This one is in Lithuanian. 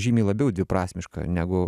žymiai labiau dviprasmiška negu